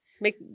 Make